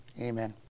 Amen